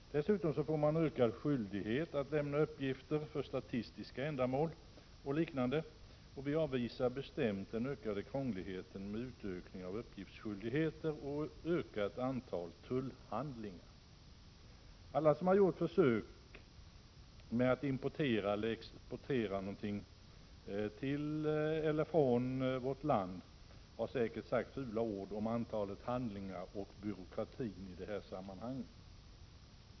Dessutom får man ökad skyldighet att lämna uppgifter för statistiska och liknande ändamål. Vi avvisar bestämt den ökade krångligheten med utökning av uppgiftsskyldigheter och ökat antal tullhandlingar. Alla som har gjort försök att importera eller exportera något till resp. från vårt land har säkert sagt fula ord om antalet handlingar och byråkratin i det sammanhanget.